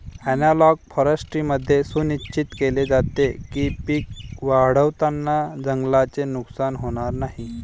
analogue फॉरेस्ट्रीमध्ये हे सुनिश्चित केले जाते की पिके वाढवताना जंगलाचे नुकसान होणार नाही